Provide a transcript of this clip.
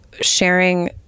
sharing